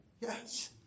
Yes